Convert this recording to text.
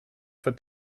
for